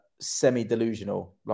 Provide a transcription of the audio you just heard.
semi-delusional